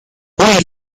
ogni